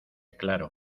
claro